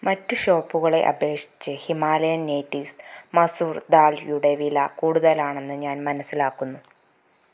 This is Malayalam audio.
മറ്റ് ഷോപ്പുകളെ അപേക്ഷിച്ച് ഹിമാലയൻ നേറ്റിവ്സ് മസൂർ ദാൽ യുടെ വില കൂടുതലാണെന്ന് ഞാൻ മനസ്സിലാക്കുന്നു